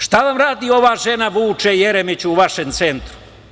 Šta vam radi ova žena, Vuče Jeremiću, u vašem centru?